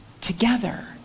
together